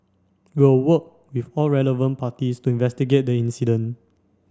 we will work with all relevant parties to investigate the incident